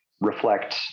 reflect